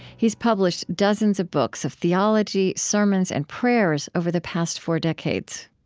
he's published dozens of books of theology, sermons, and prayers over the past four decades